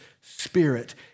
spirit